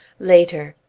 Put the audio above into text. later.